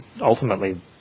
ultimately